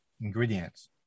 ingredients